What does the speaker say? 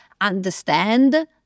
Understand